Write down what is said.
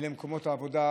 להגיע למקומות העבודה.